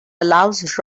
allows